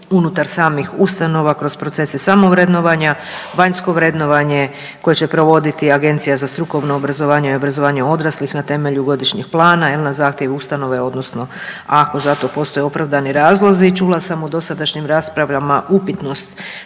unutar samih ustanova kroz procese samovrednovanja, vanjsko vrednovanje koje će provoditi Agencija za strukovno obrazovanje i obrazovanje odraslih na temelju godišnjeg plana jel na zahtjev ustanove odnosno ako za to postoje opravdani razlozi. Čula sam u dosadašnjim raspravama upitnost